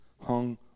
hung